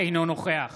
אינו נוכח